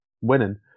winning